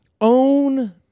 own